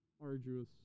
Arduous